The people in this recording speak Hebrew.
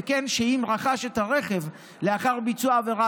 וכן אם רכש את הרכב לאחר ביצוע העבירה